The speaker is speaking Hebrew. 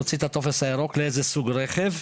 מוציא את הטופס הירוק לאיזה סוג רכב,